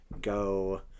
Go